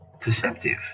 perceptive